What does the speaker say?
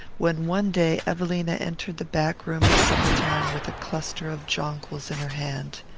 when one day evelina entered the back room at supper-time with a cluster of jonquils in her hand.